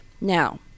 Now